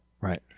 Right